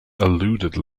eluded